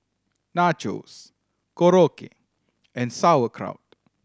Nachos Korokke and Sauerkraut